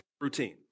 routine